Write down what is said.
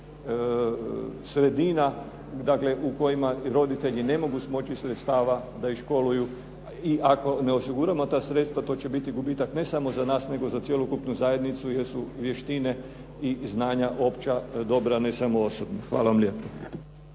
Dakle, u kojima roditelji ne mogu smoći sredstava da ih školuju. I ako ne osiguramo ta sredstva to će biti gubitak ne samo za nas nego za cjelokupnu zajednicu, jer su vještine i znanja opća dobra, ne samo osobno. Hvala vam lijepo.